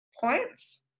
points